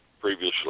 previously